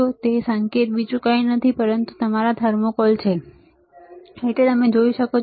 અને તે સંકેત બીજું કંઈ નથી પરંતુ તમારા થર્મોકોલ છે તમે જોઈ શકો છો